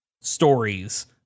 stories